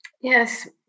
Yes